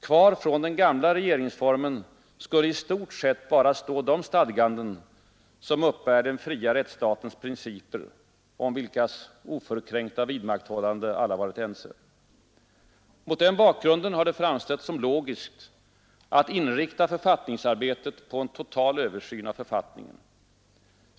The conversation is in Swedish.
Kvar från den gamla regeringsformen skulle i stort sett bara stå de stadganden som uppbär den fria rättsstatens principer, om vilkas oförkränkta vidmakthållande alla varit ense. Mot den bakgrunden har det framstått som logiskt att inrikta författningsarbetet på en total översyn av författningen.